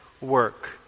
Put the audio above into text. work